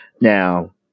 Now